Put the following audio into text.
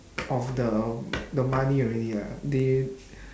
of the the money already lah they